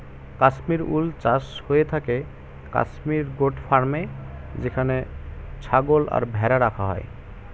Kashmir wool চাষ হয়ে থাকে কাশ্মীর গোট ফার্মে যেখানে ছাগল আর ভেড়া রাখা হয়